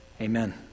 Amen